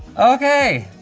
okay.